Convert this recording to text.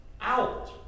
out